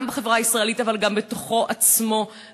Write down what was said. גם בחברה הישראלית אבל גם בתוכו עצמו,